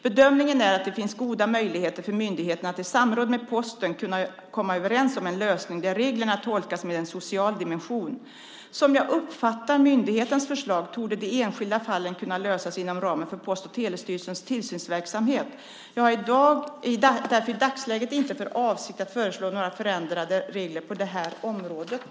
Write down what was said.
Bedömningen är att det finns goda möjligheter för myndigheten att i samråd med Posten komma överens om en lösning där reglerna tolkas med en social dimension. Som jag uppfattar myndighetens förslag torde de enskilda fallen kunna lösas inom ramen för Post och telestyrelsens tillsynsverksamhet. Jag har därför i dagsläget inte för avsikt att föreslå några förändrade regler på det här området.